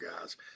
guys